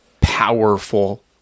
powerful